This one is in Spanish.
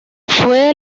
fue